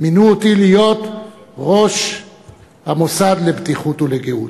כשמינו אותי להיות ראש המוסד לבטיחות ולגהות,